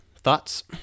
Thoughts